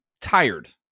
tired